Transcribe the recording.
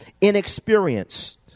inexperienced